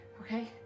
okay